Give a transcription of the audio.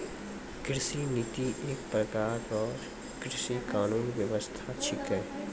कृषि नीति एक प्रकार रो कृषि कानून व्यबस्था छिकै